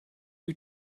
you